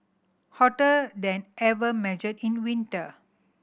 hotter than ever measured in winter